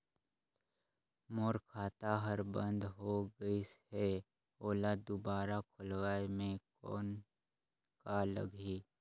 मोर खाता हर बंद हो गाईस है ओला दुबारा खोलवाय म कौन का लगही?